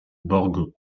borgo